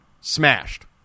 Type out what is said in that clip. smashed